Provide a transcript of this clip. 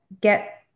get